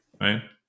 right